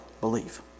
believe